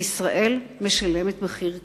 וישראל משלמת מחיר כבד.